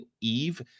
Eve